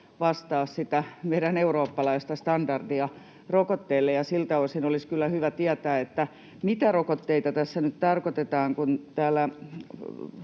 vastaa sitä meidän eurooppalaista standardia rokotteelle, ja siltä osin olisi kyllä hyvä tietää, mitä rokotteita tässä nyt tarkoitetaan, kun täällä